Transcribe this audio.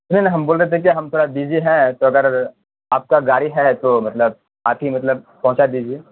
نہیں نہیں ہم بول رہے تھے کہ ہم تھوڑا بزی ہیں تو اگر آپ کا گاڑی ہے تو مطلب آپ ہی مطلب پہنچا دیجیے